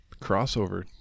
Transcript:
Crossover